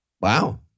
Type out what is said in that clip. Wow